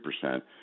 percent